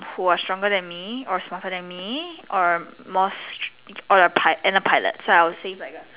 who are stronger than me or smarter than me or err most or a pie and a pilot so I will save like a